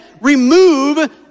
remove